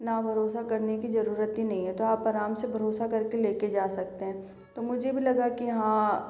ना भरोसा करने की जरूरत ही नहीं है तो आप आराम से भरोसा करके लेके जा सकते हैं तो मुझे भी लगा कि हाँ